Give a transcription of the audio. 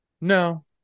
No